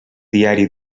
diari